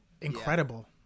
Incredible